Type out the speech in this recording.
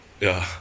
ya